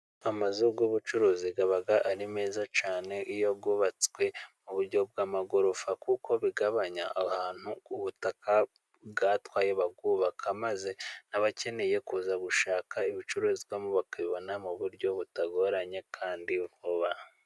Amazu y’ubucuruzi aba ari meza cyane， iyo yuwubatswe mu buryo bw'amagorofa，kuko bigabanya ahantu ubutaka bwatwaye babwubaka， maze abakeneye kuza gushaka ibicuruzwa，bo bakabibona mu buryo butagoranye kandi vuba.